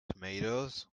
tomatoes